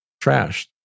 trashed